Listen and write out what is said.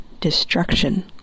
destruction